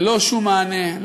ללא שום מענה,